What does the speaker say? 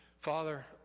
Father